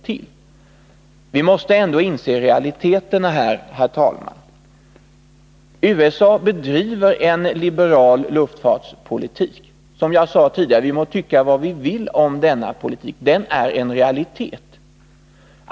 Vi måste, herr talman, acceptera realiteterna. USA bedriver en liberal luftfartspolitik. Vi må, som jag sade tidigare, tycka vad vi vill om denna politik — den är en realitet.